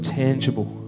tangible